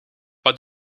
wat